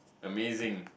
amazing